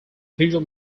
visual